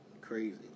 Crazy